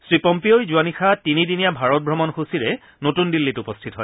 শ্ৰীপম্পিঅই যোৱা নিশা তিনিদিনীয়া ভাৰত ভ্ৰমণ সূচীৰে নতুন দিল্লীত উপস্থিত হয়